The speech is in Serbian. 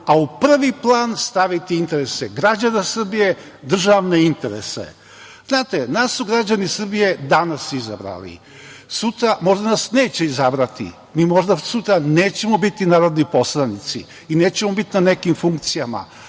a u prvi plan staviti interese građana Srbije, državne interese. Nas su građani Srbije danas izabrali. Sutra nas možda neće izabrati, mi možda sutra nećemo biti narodni poslanici i nećemo biti na nekim funkcijama.